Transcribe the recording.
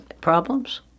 problems